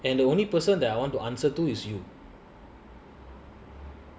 and the only person that I want to answer to is you